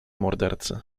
mordercy